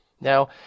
Now